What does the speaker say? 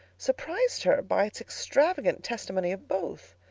surprised her by its extravagant testimony of both.